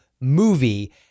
movie